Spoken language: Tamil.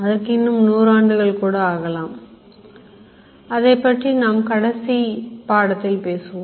அதைப்பற்றி நாம் நமது கடைசி பாடத்தில் பேசுவோம்